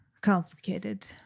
complicated